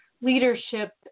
leadership